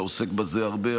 אתה עוסק בזה הרבה,